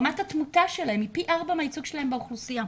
רמת התמותה שלהם היא פי ארבעה מהייצוג שלהם באוכלוסייה.